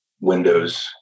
windows